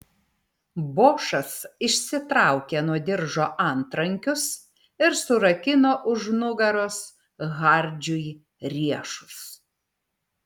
bošas išsitraukė nuo diržo antrankius ir surakino už nugaros hardžiui riešus